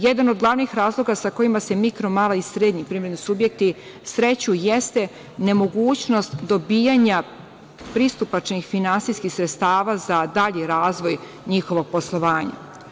Jedan od glavnih razloga sa kojima se mikro, mala i srednji privredni subjekti sreću jeste nemogućnost dobijanja pristupačnih finansijskih sredstava za dalji razvoj njihovog poslovanja.